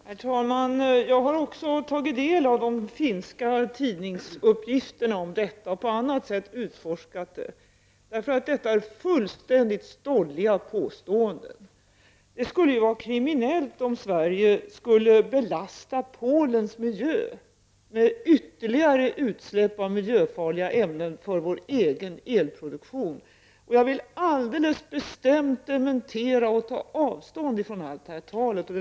Herr talman! Jag har också tagit del av de finska tidningsuppgifterna om detta, och jag har även på annat sätt utforskat saken. Det är nämligen fullständigt stolliga påståenden. Det skulle ju vara kriminellt om vi i Sverige skulle belasta Polens miljö med ytterligare utsläpp av miljöfarliga ämnen för vår egen elproduktion. Jag vill alldeles bestämt dementera och ta avstånd från allt detta tal.